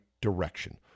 direction